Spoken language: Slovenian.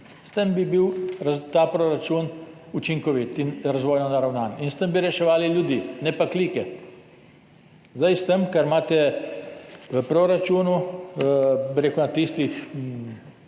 S tem bi bil ta proračun učinkovit in razvojno naravnan in s tem bi reševali ljudi, ne pa klike. Zdaj s tem, kar imate v proračunu na tistih